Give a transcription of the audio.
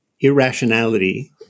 irrationality